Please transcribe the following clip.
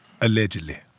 allegedly